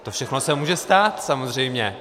To všechno se může stát, samozřejmě.